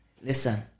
listen